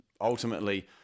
Ultimately